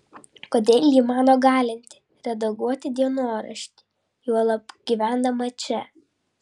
kodėl ji mano galinti redaguoti dienoraštį juolab gyvendama čia